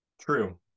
true